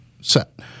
set